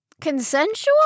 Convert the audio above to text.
consensual